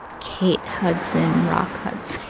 kate hudson, rock hudson